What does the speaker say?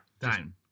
Down